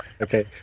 Okay